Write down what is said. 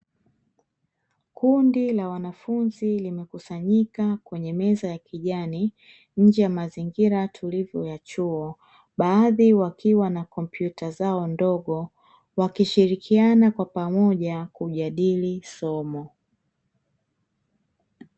Kundi la wanafunzi limekusanyika kwenye meza ya kijani, nje ya mazingira tulivu ya chuo. Baadhi wakiwa na kompyuta zao ndogo wakishirikiana kwa pamoja kujadili somo.